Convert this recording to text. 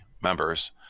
members